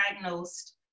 diagnosed